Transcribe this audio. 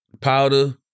Powder